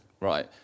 right